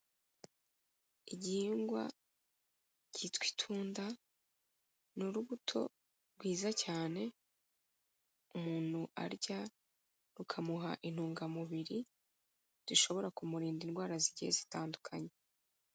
Igihingwa kitwa itunda, ni urubuto rwiza cyane, umuntu arya rukamuha intungamubiri zishobora kumurinda indwara zigiye zitandukanye.